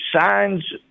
signs